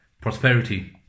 prosperity